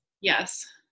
Yes